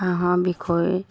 হাঁহৰ বিষয়ে